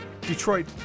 Detroit